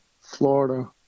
Florida